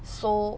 so